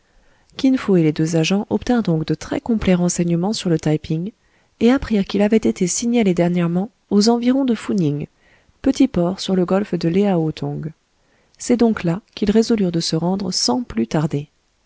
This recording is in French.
kin fo et les deux agents obtinrent donc de très complets renseignements sur le taï ping et apprirent qu'il avait été signalé dernièrement aux environs de fou ning petit port sur le golfe de léao tong c'est donc là qu'ils résolurent de se rendre sans plus tarder